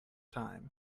time